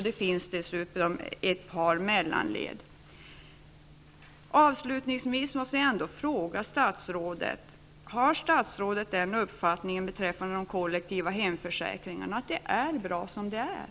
Det finns dessutom ett par mellanled. Avslutningsvis måste jag ändå fråga: Har statsrådet den uppfattningen beträffande de kollektiva hemförsäkringarna att det är bra som det är?